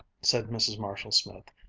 said mrs. marshall-smith.